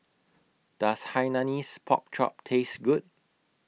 Does Hainanese Pork Chop Taste Good